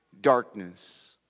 darkness